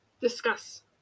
discuss